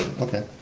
Okay